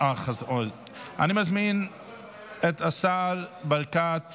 חברי הכנסת, הסעיף הבא על סדר-היום: